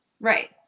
Right